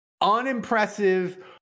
unimpressive